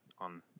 on